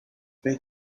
pek